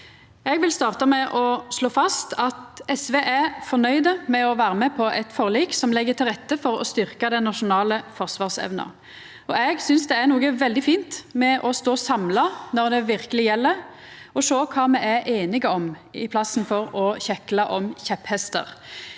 Eg vil starta med å slå fast at SV er fornøgde med å vera med på eit forlik som legg til rette for å styrkja den nasjonale forsvarsevna. Eg synest det er noko veldig fint med å stå samla når det verkeleg gjeld, og sjå kva me er einige om, i staden for å kjekla om kjepphestar.